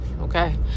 Okay